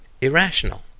irrational